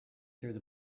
through